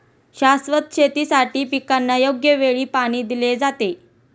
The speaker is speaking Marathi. शाश्वत शेतीसाठी पिकांना योग्य वेळी पाणी दिले जाते